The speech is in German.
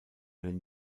den